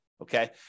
Okay